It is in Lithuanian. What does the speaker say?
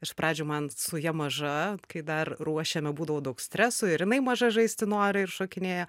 iš pradžių man su ja maža kai dar ruošėme būdavo daug streso ir jinai maža žaisti nori ir šokinėja